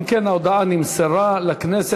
אם כן, ההודעה נמסרה לכנסת.